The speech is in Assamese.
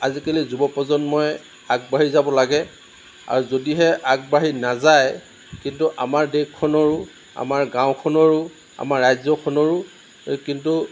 আজিকালি যুৱপ্ৰজন্মই আগবাঢ়ি যাব লাগে আৰু যদিহে আগবাঢ়ি নাযায় কিন্তু আমাৰ দেশখনৰো আমাৰ গাওঁখনৰো আমাৰ ৰাজ্যখনৰো কিন্তু